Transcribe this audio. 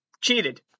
Cheated